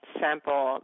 sample